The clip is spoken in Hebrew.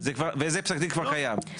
וזה פסק דין כבר קיים,